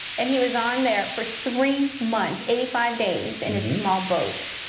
and he was on there for three months eighty five days in a small boat.